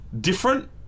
different